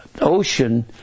ocean